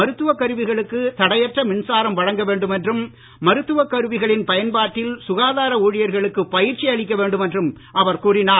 மருத்தவ கருவிகளுக்கு தடையற்ற மின்சாரம் வழங்க வேண்டும் என்றும் மருத்துவ கருவிகளின் பயன்பாட்டில் சுகாதார ஊழியர்களுக்கு பயிற்சி அளிக்க வேண்டும் என்றும் அவர் கூறினார்